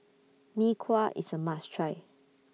Mee Kuah IS A must Try